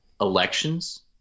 elections